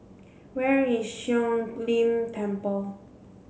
where is Siong Lim Temple